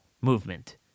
movement